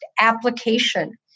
application